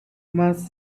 must